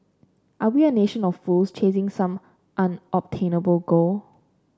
are we a nation of fools chasing some unobtainable goal